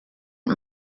him